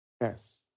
Yes